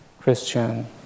Christian